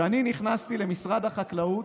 כשאני נכנסתי למשרד החקלאות,